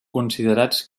considerats